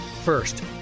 First